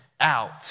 Out